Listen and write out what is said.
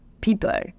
people